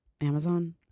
amazon